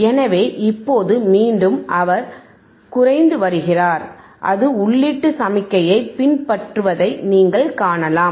எனவே இப்போது மீண்டும் அவர் குறைந்து வருகிறார் அது உள்ளீட்டு சமிக்ஞையைப் பின்பற்றுவதை நீங்கள் காணலாம்